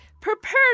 prepared